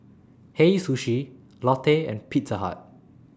Hei Sushi Lotte and Pizza Hut